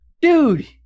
Dude